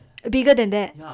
bigger than that